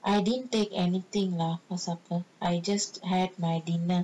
I didn't take anything lah for supper I just had my dinner